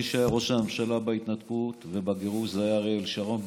מי שהיה ראש הממשלה בהתנתקות ובגירוש זה היה אריאל שרון,